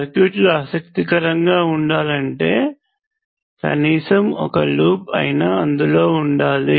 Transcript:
circuit లు ఆసక్తి కరంగా ఉండాలంటే కనీసము ఒక లూప్ అయినా అందులో ఉండాలి